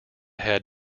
had